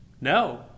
No